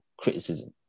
criticism